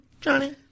Johnny